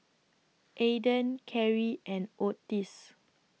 Aydan Carie and Ottis